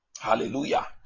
Hallelujah